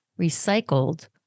recycled